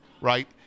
right